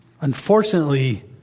Unfortunately